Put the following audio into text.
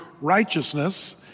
righteousness